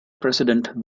president